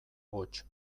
hots